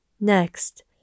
Next